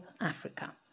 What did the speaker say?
Africa